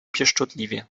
pieszczotliwie